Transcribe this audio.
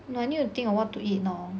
no I need to think of what to eat now